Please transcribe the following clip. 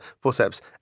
forceps